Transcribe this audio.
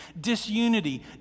Disunity